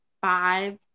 five